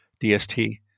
DST